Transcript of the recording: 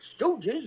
Stooges